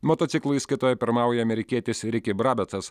motociklų įskaitoje pirmauja amerikietis riki brabecas